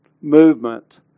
movement